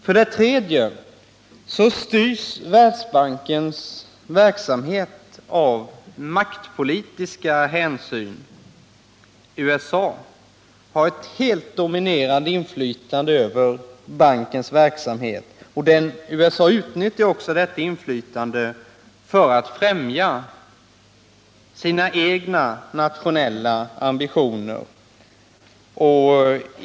För det tredje styrs Världsbankens verksamhet av maktpolitiska hänsyn. USA har ett helt dominerande inflytande över bankens verksamhet och USA utnyttjar också detta inflytande för att främja sina egna nationella ambitioner.